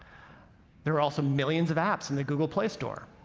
there are also millions of apps in the google play store,